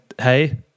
hey